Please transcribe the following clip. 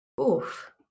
Oof